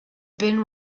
been